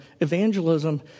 evangelism